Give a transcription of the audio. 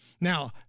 Now